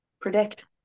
predict